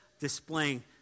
displaying